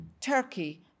Turkey